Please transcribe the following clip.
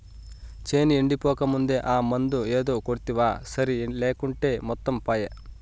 చేను ఎండిపోకముందే ఆ మందు ఏదో కొడ్తివా సరి లేకుంటే మొత్తం పాయే